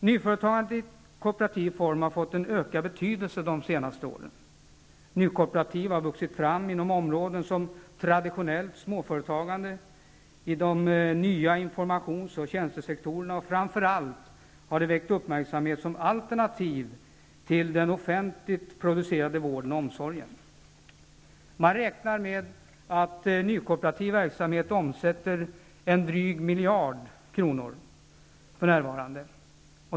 Nyföretagandet i kooperativ form har fått en ökad betydelse de senaste åren. Nykooperativ har vuxit fram inom områden som traditionellt småföretagande och i de nya informations och tjänstesektorerna. Framför allt har de väckt uppmärksamhet som alternativ till den offentligt producerade vården och omsorgen. Man räknar med att nykooperativ verksamhet för närvarande omsätter en dryg miljard kronor.